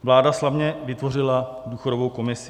Vláda slavně vytvořila důchodovou komisi.